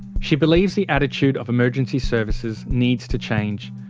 she believes the attitude of emergency services needs to change,